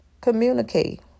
communicate